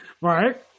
right